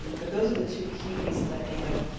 but those are the two key pieces i think of,